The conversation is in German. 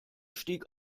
stieg